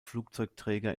flugzeugträger